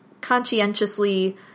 conscientiously